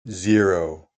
zero